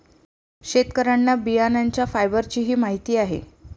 शेतकऱ्यांना बियाण्यांच्या फायबरचीही माहिती आहे